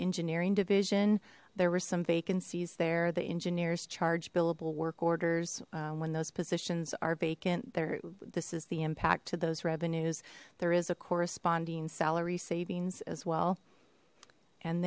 engineering division there were some vacancies there the engineers charge billable work orders when those positions are vacant there this is the impact to those revenues there is a corresponding salary savings as well and